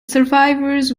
survivors